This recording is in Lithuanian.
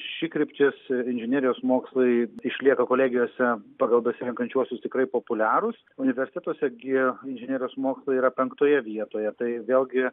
ši kryptis inžinerijos mokslai išlieka kolegijose pagal besirenkančiuosius tikrai populiarūs universitetuose gi inžinerijos mokslai yra penktoje vietoje tai vėlgi